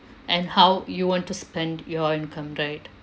and how you want to spend your income right